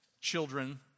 children